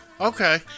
Okay